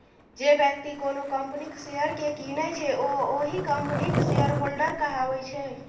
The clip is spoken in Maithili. जे बेकती कोनो कंपनीक शेयर केँ कीनय छै ओ ओहि कंपनीक शेयरहोल्डर कहाबै छै